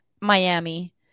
Miami